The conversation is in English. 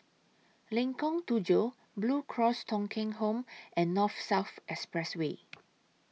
Lengkong Tujuh Blue Cross Thong Kheng Home and North South Expressway